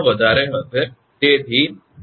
તેથી તમારે બધું ધ્યાનમાં લેવું પડશે